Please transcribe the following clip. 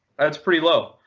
that's pretty low.